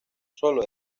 sólo